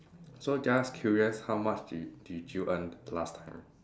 so just curious how much did did you earn last time